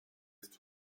ist